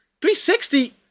360